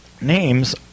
names